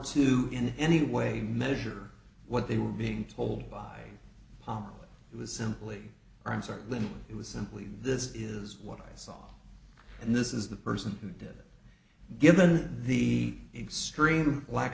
to in any way measure what they were being told by palm it was simply i am certain it was simply this is what i saw and this is the person who did it given the extreme lack